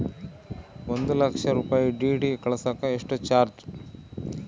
ಒಂದು ಲಕ್ಷ ರೂಪಾಯಿ ಡಿ.ಡಿ ಕಳಸಾಕ ಎಷ್ಟು ಚಾರ್ಜ್?